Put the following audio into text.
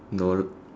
no